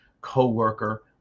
coworker